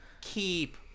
keep